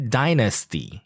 dynasty